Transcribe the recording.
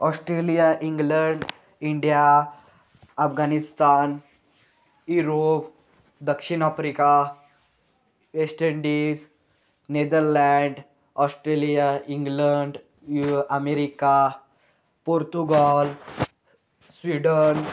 Australia England India Afghanistan Europe दक्षिण Africa West Indies Netherland Australia England U America Portugal Sweden